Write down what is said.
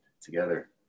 together